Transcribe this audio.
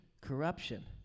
corruption